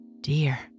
Dear